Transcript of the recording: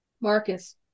Marcus